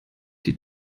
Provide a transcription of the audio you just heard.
die